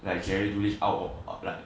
like jerry do it out of